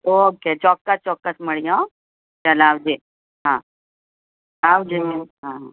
okay ચોક્કસ ચોક્કસ મળીએ હોં ચાલ આવજે હા આવજો હા